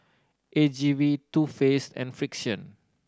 A G V Too Faced and Frixion